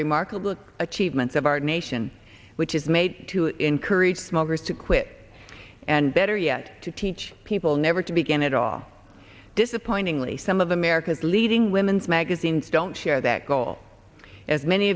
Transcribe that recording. remarkable achievements of our nation which is made to encourage smokers to quit and better yet to teach people never to begin it all disappointingly some of america's leading women's magazines don't share that goal as many